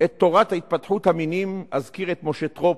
את תורת התפתחות המינים אזכיר את משה טרופ,